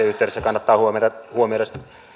yhteydessä kannattaa huomioida huomioida